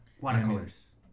watercolors